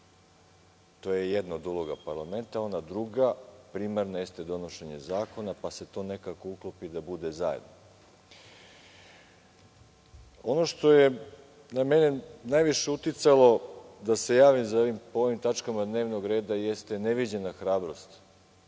To je jedna od uloga parlamenta. Ona druga uloga, primarna, jeste donošenje zakona, pa se to nekako uklopi da bude zajedno. Ono što je na mene najviše uticalo da se javim po ovim tačkama dnevnog reda jeste neviđena hrabrost